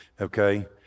okay